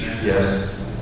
Yes